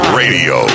radio